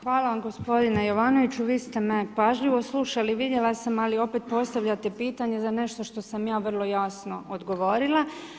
Hvala vam gospodine Jovanoviću, vi ste me pažljivo slušali vidjela sam, ali opet postavljate pitanje za nešto što sam ja vrlo jasno odgovorila.